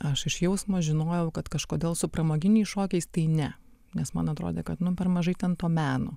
aš iš jausmo žinojau kad kažkodėl su pramoginiais šokiais tai ne nes man atrodė kad nu per mažai ten to meno